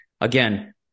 again